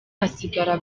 hasigara